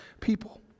people